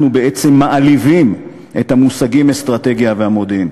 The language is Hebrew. אנחנו בעצם מעליבים את המושגים אסטרטגיה ומודיעין,